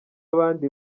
abandi